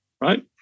right